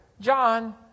John